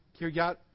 Kiryat